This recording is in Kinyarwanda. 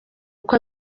uko